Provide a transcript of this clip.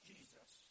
Jesus